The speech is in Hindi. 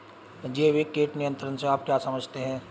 जैविक कीट नियंत्रण से आप क्या समझते हैं?